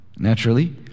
Naturally